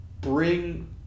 bring